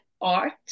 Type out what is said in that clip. art